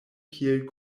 kiel